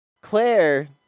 Claire